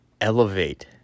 Elevate